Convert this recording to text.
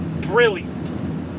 brilliant